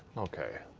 okay.